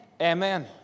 amen